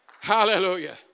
Hallelujah